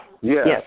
Yes